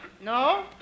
No